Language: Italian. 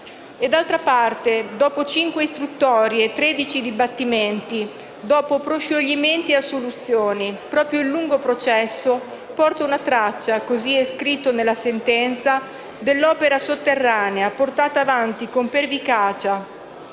D'altra parte, dopo cinque istruttorie e 13 dibattimenti, dopo proscioglimenti e assoluzioni, proprio il lungo processo, porta una traccia, cosi è scritto nella sentenza, dell'«opera sotterranea portata avanti con pervicacia